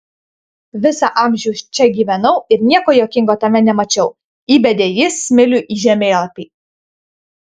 visą amžių čia gyvenau ir nieko juokingo tame nemačiau įbedė jis smilių į žemėlapį